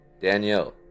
Danielle